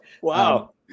Wow